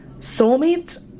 soulmates